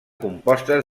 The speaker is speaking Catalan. compostes